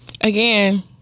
again